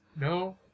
No